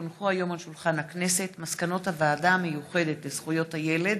כי הונחו היום על שולחן הכנסת מסקנות הוועדה המיוחדת לזכויות הילד